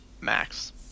max